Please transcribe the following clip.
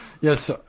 Yes